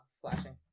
flashing